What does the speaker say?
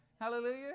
hallelujah